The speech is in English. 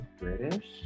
British